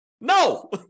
No